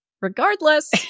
Regardless